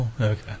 Okay